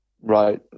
right